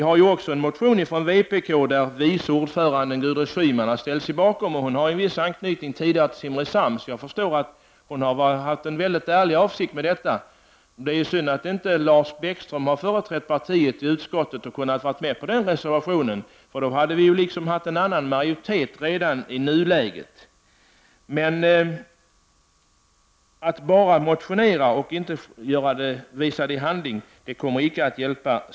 Det finns en motion från vpk där vice ordföranden Gudrun Schyman har ställt sig positiv till förslaget. Hon hade vissa anknytningar tidigare till Simrishamn. Jag förstår att hon har haft en ärlig avsikt. Det är synd att inte Lars Bäckström företrädde sitt parti i utskottet och kunde vara med på reser vationen. Då hade vi haft en annan majoritet redan i nuläget. Att bara motionera och inte visa någonting i handling kommer inte att hjälpa.